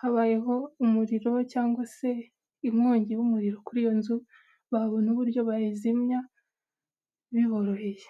habayeho umuriro cyangwa se inkongi y'umuriro kuri iyo nzu babona uburyo bayizimya biboroheye.